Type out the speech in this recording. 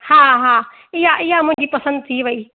हा हा इहा इहा मुंहिंजी पसंदि थी वई